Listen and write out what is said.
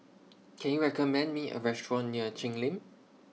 Can YOU recommend Me A Restaurant near Cheng Lim